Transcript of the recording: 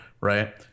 Right